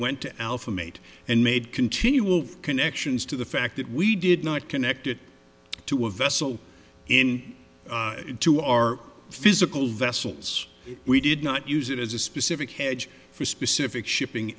went to alpha mate and made continual connections to the fact that we did not connect it to a vessel in to our physical vessels we did not use it as a specific hedge for specific shipping